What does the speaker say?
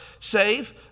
save